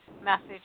Message